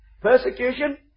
persecution